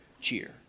cheer